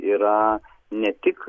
yra ne tik